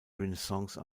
renaissance